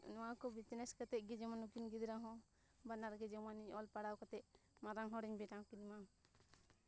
ᱱᱚᱣᱟ ᱠᱚ ᱵᱤᱡᱽᱱᱮᱥ ᱠᱟᱛᱮᱜ ᱜᱮ ᱡᱮᱢᱚᱱ ᱱᱩᱠᱤᱱ ᱜᱤᱫᱽᱨᱟᱹ ᱦᱚᱸ ᱵᱟᱱᱟᱨ ᱜᱮ ᱡᱮᱢᱚᱱᱤᱧ ᱚᱞ ᱯᱟᱲᱟᱣ ᱠᱟᱛᱮᱜ ᱢᱟᱨᱟᱝ ᱦᱚᱲᱤᱧ ᱵᱮᱱᱟᱣ ᱠᱤᱱᱢᱟ